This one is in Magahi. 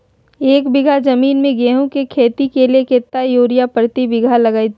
एक बिघा जमीन में गेहूं के खेती के लिए कितना यूरिया प्रति बीघा लगतय?